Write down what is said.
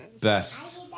best